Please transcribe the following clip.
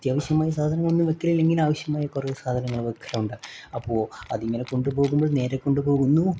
അത്യാവശ്യമായ സാധനങ്ങളൊന്നും വെക്കലില്ലെങ്കിൽ ആവശ്യമായ കുറേ സാധനങ്ങൾ വെക്കലുണ്ട് അപ്പോൾ അതിങ്ങനെ കൊണ്ട്പോകുമ്പോൾ നേരെ കൊണ്ടുപോകുന്നു